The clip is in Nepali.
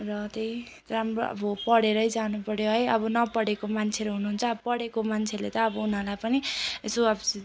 र त्यही राम्रो अब पढेरै जानुपर्यो है अब नपढेको मान्छेहरू हुनुहुन्छ अब पढेको मान्छेले त अब उनीहरूलाई पनि यसो